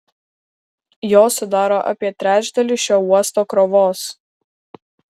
jos sudaro apie trečdalį šio uosto krovos